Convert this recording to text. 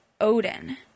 Odin